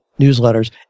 newsletters